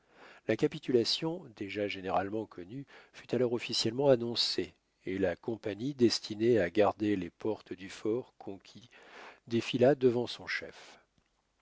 la capitulation déjà généralement connue fut alors officiellement annoncée et la compagnie destinée à garder les portes du fort conquis défila devant son chef